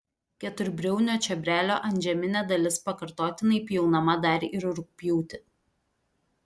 keturbriaunio čiobrelio antžeminė dalis pakartotinai pjaunama dar ir rugpjūtį